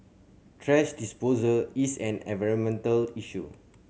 thrash disposal is an environmental issue